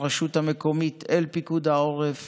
בגל הראשון הוא פעל בגבורה עצומה בערים בודדות,